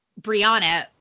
Brianna